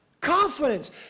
confidence